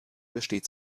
besteht